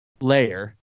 layer